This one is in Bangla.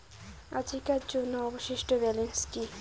আজিকার জন্য অবশিষ্ট ব্যালেন্স কি?